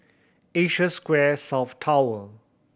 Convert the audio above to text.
Asia Square South Tower